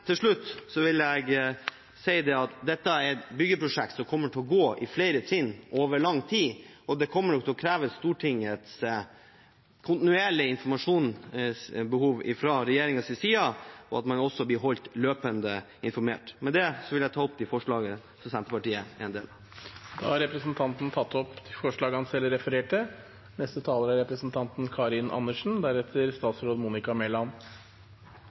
Til slutt vil jeg si at dette er et byggeprosjekt som kommer til å gå i flere trinn og over lang tid. Stortinget kommer nok til å kreve kontinuerlig informasjon fra regjeringen, og at man blir holdt løpende informert. Med det vil jeg ta opp forslaget Senterpartiet er en del av. Representanten Willfred Nordlund har tatt opp det forslaget han refererte